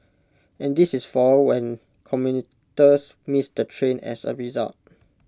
and this is for when commuters miss the train as A result